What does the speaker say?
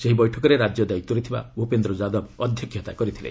ସେହି ବୈଠକରେ ରାଜ୍ୟ ଦାୟିତ୍ୱରେ ଥିବା ଭୂପେନ୍ଦ୍ର ଯାଦବ ଅଧ୍ୟକ୍ଷତା କରିଥିଲେ